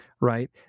right